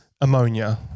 ammonia